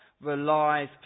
relies